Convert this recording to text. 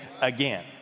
again